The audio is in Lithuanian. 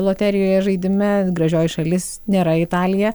loterijoje žaidime gražioji šalis nėra italija